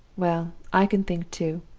well! i can think too.